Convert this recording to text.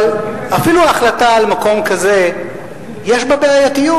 אבל אפילו החלטה על מקום כזה יש בה בעייתיות,